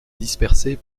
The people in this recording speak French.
disperser